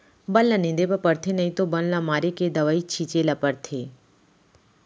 बन ल निंदे बर परथे नइ तो बन मारे के दवई छिंचे ल परथे